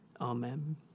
Amen